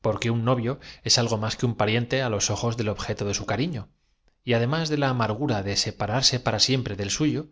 porque un novio es algo más que un pariente a los ojos del objeto de su cariño y además de la amargura de separarse para siempre del suyo